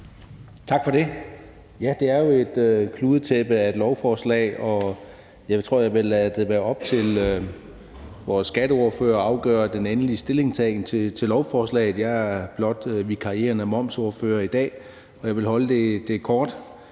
Tak for det. Ja, det er jo et kludetæppe af et lovforslag, og jeg tror, at jeg vil lade det være op til vores skatteordfører at afgøre den endelige stillingtagen til lovforslaget. Jeg er blot vikarierende momsordfører i dag, og jeg vil gøre det kort.